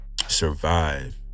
survive